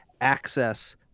access